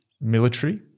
military